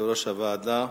יושב-ראש הוועדה.